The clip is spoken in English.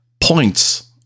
points